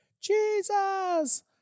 Jesus